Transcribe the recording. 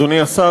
אדוני השר,